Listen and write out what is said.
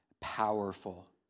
powerful